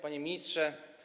Panie Ministrze!